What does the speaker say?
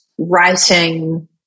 writing